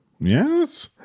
Yes